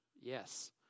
Yes